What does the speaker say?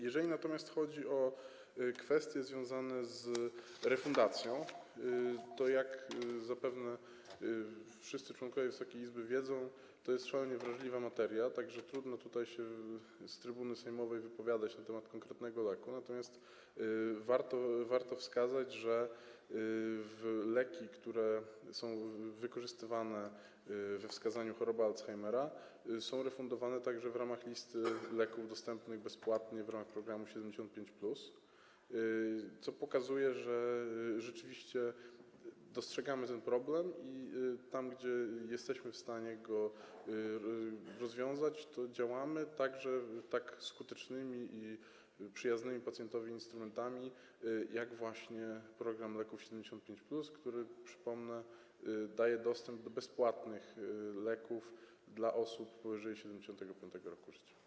Jeżeli natomiast chodzi o kwestie związane z refundacją, to jak zapewne wszyscy członkowie Wysokiej Izby wiedzą, jest to szalenie wrażliwa materia, tak że trudno tutaj z trybuny sejmowej wypowiadać się na temat konkretnego leku, natomiast warto wskazać, że leki, które są wykorzystywane we wskazaniu choroby Alzheimera, są refundowane także w ramach listy leków dostępnych bezpłatnie, w ramach listy 75+, co pokazuje, że rzeczywiście dostrzegamy ten problem i tam gdzie jesteśmy w stanie go rozwiązać, to działamy, także z wykorzystaniem tak skutecznych i przyjaznych pacjentowi instrumentami, jak właśnie program leków dla osób 75+, który - przypomnę - daje dostęp do bezpłatnych leków dla osób powyżej 75. roku życia.